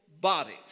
bodies